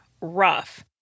rough